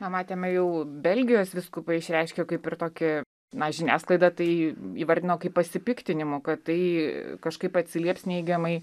na matėme jau belgijos vyskupai išreiškė kaip ir tokį na žiniasklaida tai įvardino kaip pasipiktinimu kad tai kažkaip atsilieps neigiamai